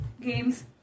games